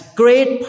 great